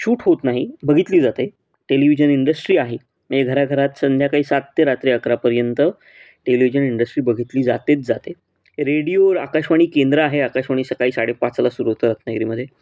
shoot होत नाही बघितली जाते टेलिव्हिजन इंडस्ट्री आहे म्हणजे घरा घरात संध्याकाळी सात ते रात्री अकरापर्यंत टेलिव्हिजन इंडस्ट्री बघितली जातेच जाते रेडिओवर आकाशवाणी केंद्र आहे आकाशवाणी सकाळी साडेपाचला सुरू होतं रात्नागिरीमध्ये